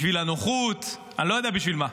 בשביל הנוחות, אני לא יודע בשביל מה,